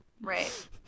right